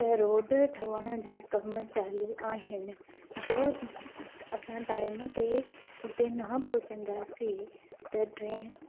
त रोड ठहण जा कमु चालू आहिनि जो असां टाइम ते हुते न पहुचंदासीं त ट्रेन